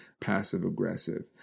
passive-aggressive